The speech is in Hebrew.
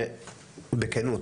בכנות,